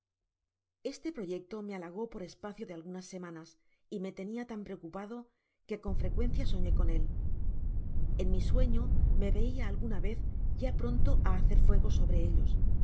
esfe proyecto me halagó por espacio de algunas semanas y me tenia tan preocupado que con frecuencia soñé con él en mi sueño me yeia alguna vez ya pronto á hacer fuego sobre ellos